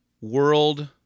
world